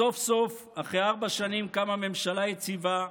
סוף-סוף אחרי ארבע שנים קמה ממשלה יציבה,